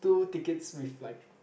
two tickets with like